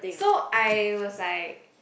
so I was like